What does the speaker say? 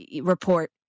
report